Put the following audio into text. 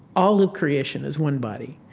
all of creation is one body.